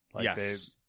Yes